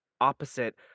opposite